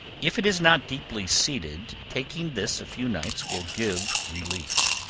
if it is not deeply seated, taking this a few nights will give relief.